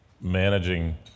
managing